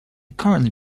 currently